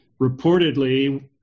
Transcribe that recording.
reportedly